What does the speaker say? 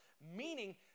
meaning